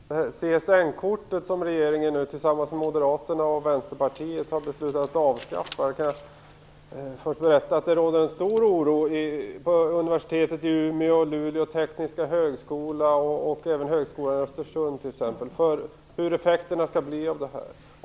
Fru talman! Jag skulle vilja ställa en fråga till Carl Tham om CSN-kortet, som regeringen nu tillsammans med Moderaterna och Vänsterpartiet har beslutat att avskaffa. Jag kan först berätta att det råder en stor oro vid t.ex. Universitetet i Umeå, Luleås tekniska högskola och Högskolan i Östersund för hur effekterna av det här skall bli.